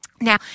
Now